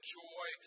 joy